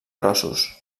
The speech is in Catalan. grossos